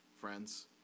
friends